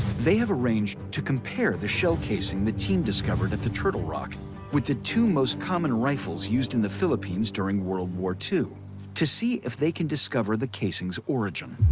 they have arranged to compare the shell casing the team discovered at the turtle rock with the two most common rifles used in the philippines during world war ii to see if they can discover the casing's origin.